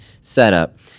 setup